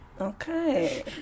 Okay